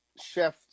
chef